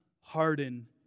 harden